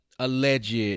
Alleged